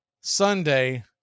Sunday